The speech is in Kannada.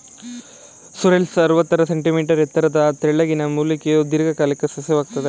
ಸೋರ್ರೆಲ್ ಅರವತ್ತು ಸೆಂಟಿಮೀಟರ್ ಎತ್ತರದ ತೆಳ್ಳಗಿನ ಮೂಲಿಕೆಯ ದೀರ್ಘಕಾಲಿಕ ಸಸ್ಯವಾಗಯ್ತೆ